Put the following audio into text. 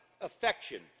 affection